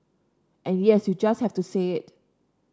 and yes you just have to say it